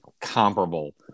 comparable